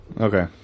Okay